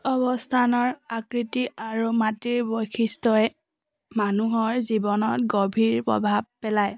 অৱস্থানৰ আকৃতি আৰু মাটিৰ বৈশিষ্ট্যই মানুহৰ জীৱনত গভীৰ প্ৰভাৱ পেলায়